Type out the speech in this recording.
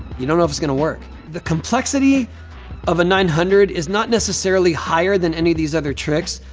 you don't know if it's gonna work. the complexity of a nine hundred is not necessarily higher than any of these other tricks.